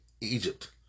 Egypt